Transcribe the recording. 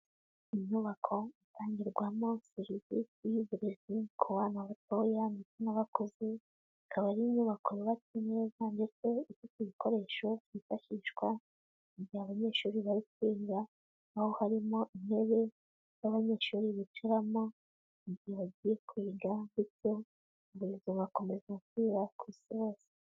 Inyubako itangirwamo serivisi y'uburezi ku bana batoya ndetse nabakuze, ikaba ari inyubako yubatse neza ndetse ifite ibikoresho byifashishwa mu mugihe abanyeshuri bari kwiga; aho harimo intebe z'abanyeshuri bicaramo igihe bagiye kwiga bityo uburezi bugakomeza gukwira ku isi hose.